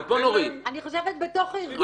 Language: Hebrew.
למה כל כך גבוה?